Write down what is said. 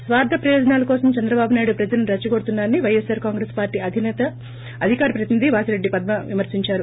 స్వార్ధ ప్రయోజనాల కోసం చంద్రబాబు నాయుడు ప్రజలను రెచ్చగొడుతున్నారని పైఎస్పార్ కాంగ్రేస్ పార్టీ అధికార ప్రతినిధి వాసిరెడ్డి పద్మ విమర్పించారు